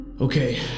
Okay